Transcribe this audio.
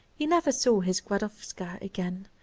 he never saw his gladowska again,